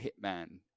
hitman